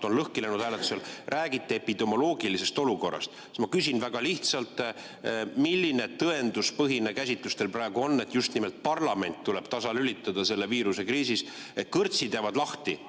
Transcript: on lõhki läinud hääletusel, räägite epidemioloogilisest olukorrast, siis ma küsin väga lihtsalt: milline tõenduspõhine käsitlus teil praegu on, et just nimelt parlament tuleb tasalülitada selles viirusekriisis? Kõrtsid jäävad lahti